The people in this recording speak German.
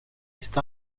ist